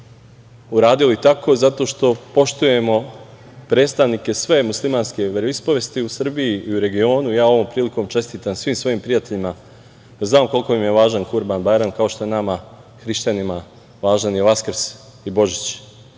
uradili tako zato što poštujemo predstavnike muslimanske veroispovesti u Srbiji i u regionu. Ja ovom prilikom čestitam svim svojim prijateljima, znam koliko im je važan Kurban-bajram, kao što je nama hrišćanima važan Vaskrs i Božić.